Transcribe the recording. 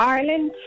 Ireland